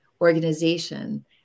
organization